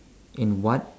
in what